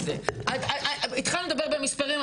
התחלנו לדבר במספרים,